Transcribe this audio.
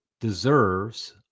deserves